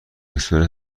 اکسپرس